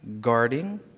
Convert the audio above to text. guarding